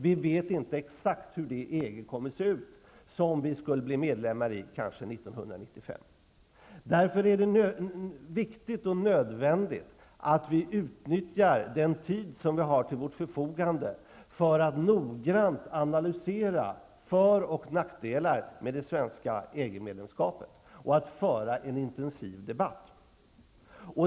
Vi vet inte exakt hur det EG kommer att se ut som vi skulle bli medlemmar i, kanske 1995. Därför är det viktigt och nödvändigt att vi utnyttjar den tid som vi har till vårt förfogande för att noggrant analysera för och nackdelar med det svenska EG-medlemskapet och föra en intensiv debatt.